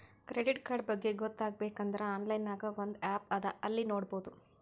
credit card ಬಗ್ಗೆ ಗೊತ್ತ ಆಗ್ಬೇಕು ಅಂದುರ್ ಆನ್ಲೈನ್ ನಾಗ್ ಒಂದ್ ಆ್ಯಪ್ ಅದಾ ಅಲ್ಲಿ ನೋಡಬೋದು